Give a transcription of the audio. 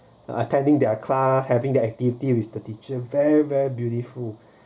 attending their class having their activity with the teacher very very beautiful